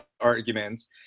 arguments